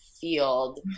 field